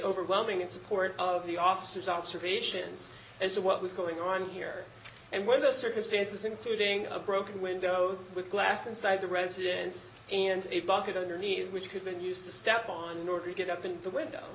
overwhelming in support of the officers observations as to what was going on here and where the circumstances including a broken window with glass inside the residence and a bucket underneath which could be used to step on or get up in the window